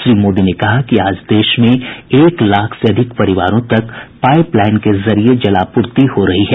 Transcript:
श्री मोदी ने कहा कि आज देश में एक लाख से अधिक परिवारों तक पाइप लाइन के जरिये जलापूर्ति हो रही है